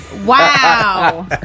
Wow